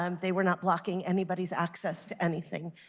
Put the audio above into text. um they were not blocking anybody's access to anything.